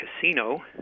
casino